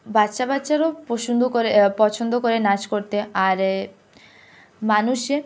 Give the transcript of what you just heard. বাচ্চা বাচ্চারাও পছন্দ করে পছন্দ করে নাচ করতে আর মানুষে